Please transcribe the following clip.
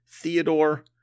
Theodore